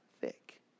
thick